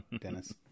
Dennis